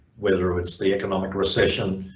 whether it's the economic recession,